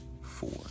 four